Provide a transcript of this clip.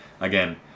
again